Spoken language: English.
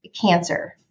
cancer